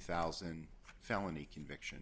thousand felony conviction